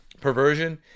perversion